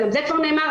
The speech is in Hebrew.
וגם זה כבר נאמר,